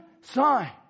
sign